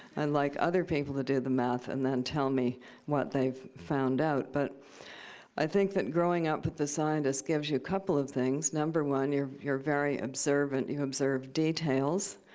and like other people to do the math and then tell me what they've found out. but i think that growing up with a scientist gives you a couple of things. number one, you're you're very observant. you observe details.